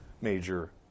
major